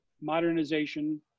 modernization